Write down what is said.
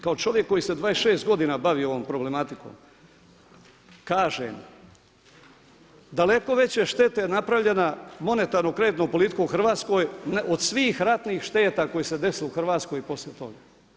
Kao čovjek koji se 26 godina bavi ovom problematikom kažem daleko veća šteta je napravljena monetarno kreditnom politiko u Hrvatskoj od svih ratnih šteta koje su se desile u Hrvatskoj i poslije toga.